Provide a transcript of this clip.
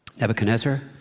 Nebuchadnezzar